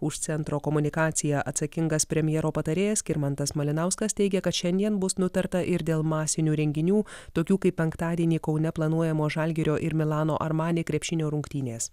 už centro komunikaciją atsakingas premjero patarėjas skirmantas malinauskas teigia kad šiandien bus nutarta ir dėl masinių renginių tokių kaip penktadienį kaune planuojamo žalgirio ir milano armani krepšinio rungtynės